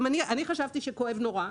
אני חשבתי שכואב נורא.